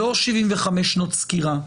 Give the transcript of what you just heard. לא 75 שנות סקירה,